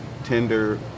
tender